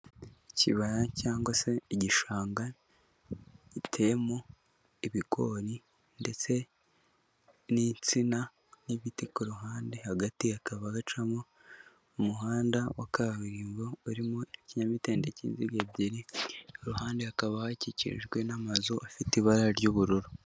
Ikibaya cyangwa se igishanga gitemo ibigori ndetse n'insina, n'ibiti ku ruhande hagati hakaba hacamo, umuhanda wa kaburimbo urimo ikinyamitende, k'inziga ebyiri iruhande hakaba hakikijwe n'amazu afite ibara ry'ubururu.